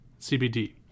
CBD